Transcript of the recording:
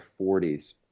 40s